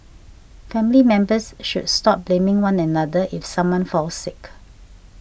family members should stop blaming one another if someone falls sick